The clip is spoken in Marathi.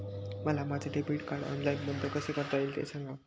मला माझे डेबिट कार्ड ऑनलाईन बंद कसे करता येईल, ते सांगा